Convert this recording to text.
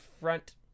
front